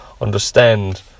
understand